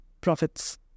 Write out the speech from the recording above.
profits